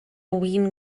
win